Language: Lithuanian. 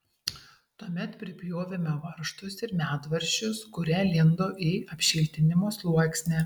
tuomet pripjovėme varžtus ir medvaržčius kurie lindo į apšiltinimo sluoksnį